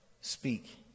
speak